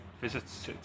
visits